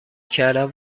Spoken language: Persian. کردن